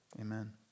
Amen